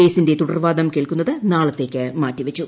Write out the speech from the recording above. കേസിന്റെ തുടർവാദം കേൾക്കുന്നത് നാളത്തേക്ക് മാറ്റി വച്ചു